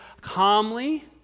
calmly